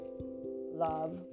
love